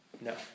No